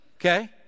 Okay